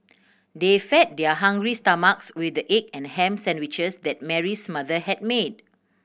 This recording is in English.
they fed their hungry stomachs with the egg and ham sandwiches that Mary's mother had made